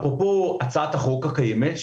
אפרופו הצעת החוק הקיימת,